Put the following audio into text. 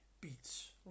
beats